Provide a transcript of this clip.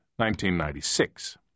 1996